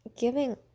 giving